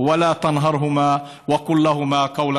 ודבּר עִמם בכבוד.